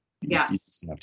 Yes